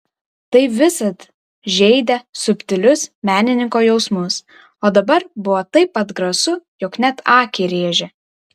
tai visad žeidė subtilius menininko jausmus o dabar buvo taip atgrasu jog net akį rėžė